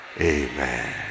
Amen